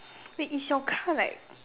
wait is your car like